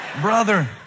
Brother